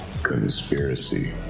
conspiracy